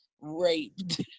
raped